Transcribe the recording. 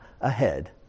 ahead